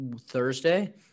Thursday